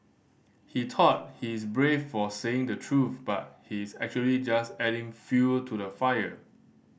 he thought he's brave for saying the truth but he's actually just adding fuel to the fire